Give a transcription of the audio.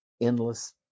endless